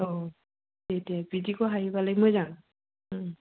औ दे दे बिदिखौ हायोबालाय मोजां उम